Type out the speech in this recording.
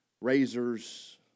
razors